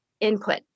input